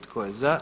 Tko je za?